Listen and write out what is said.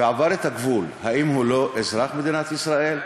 ועבר את הגבול, האם הוא לא אזרח מדינת ישראל?